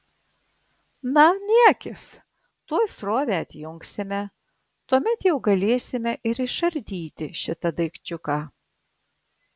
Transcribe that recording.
na niekis tuoj srovę atjungsime tuomet jau galėsime ir išardyti šitą daikčiuką